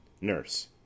Nurse